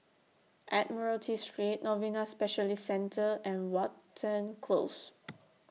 Admiralty Street Novena Specialist Centre and Watten Close